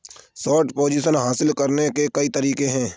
short position हासिल करने के कई तरीके हैं